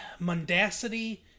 mundacity